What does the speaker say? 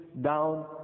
down